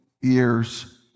years